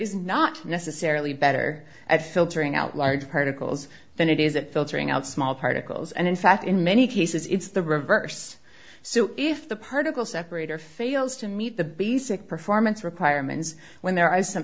is not necessarily better at filtering out large particles than it is at filtering out small particles and in fact in many cases it's the reverse so if the particle separator fails to meet the basic performance requirements when there are some